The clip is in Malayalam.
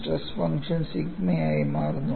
സ്ട്രെസ് ഫംഗ്ഷൻ സിഗ്മയായി മാറുന്നു